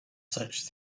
such